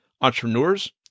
entrepreneurs